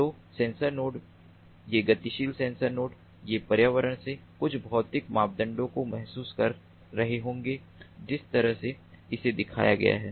तो sensor node ये गतिशील सेंसर नोड्स वे पर्यावरण से कुछ भौतिक मापदंडों को महसूस कर रहे होंगे जिस तरह से इसे दिखाया गया है